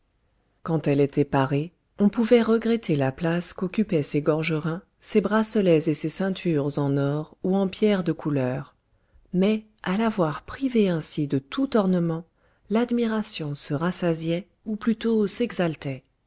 quand elle était parée on pouvait regretter la place qu'occupaient ses gorgerins ses bracelets et ses ceintures en or ou en pierres de couleur mais à la voir privée ainsi de tout ornement l'admiration se rassasiait ou plutôt